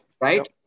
right